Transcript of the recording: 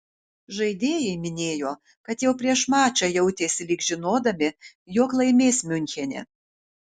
žaidėjai minėjo kad jau prieš mačą jautėsi lyg žinodami jog laimės miunchene